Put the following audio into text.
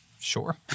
sure